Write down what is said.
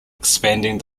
expanding